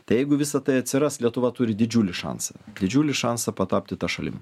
tai jeigu visa tai atsiras lietuva turi didžiulį šansą didžiulį šansą patapti ta šalim